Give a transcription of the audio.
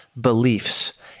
beliefs